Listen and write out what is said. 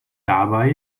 dabei